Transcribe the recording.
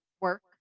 work